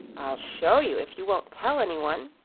i'll show you, if you won't tell any one,